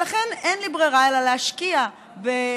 ולכן אין לי ברירה אלא להשקיע באוטו,